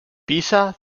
pisa